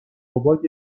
ربات